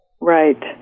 Right